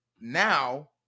Now